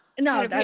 No